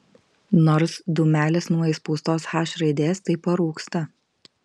nors dūmelis nuo įspaustos h raidės tai parūksta